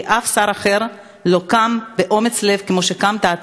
כי אף שר אחר לא קם באומץ לב כמו שקמת אתה,